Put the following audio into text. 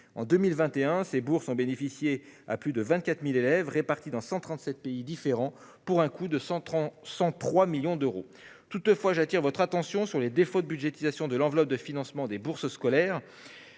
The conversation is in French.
En 2021, ces bourses ont profité à plus de 24 000 élèves répartis dans 137 pays différents, pour un coût total de 103 millions d'euros. Toutefois, mes chers collègues, j'attire votre attention sur les défauts de budgétisation de l'enveloppe de financement des bourses scolaires.